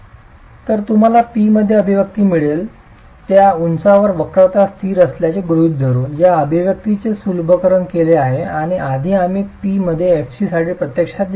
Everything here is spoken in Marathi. तर तुम्हाला P मध्ये अभिव्यक्ती मिळेल त्या उंचावर वक्रता स्थिर असल्याचे गृहीत धरून या अभिव्यक्तीचे सुलभकरण केले आहे आणि आधी आम्ही P मध्ये fc साठी प्रत्यक्षात ते लिहिले आहे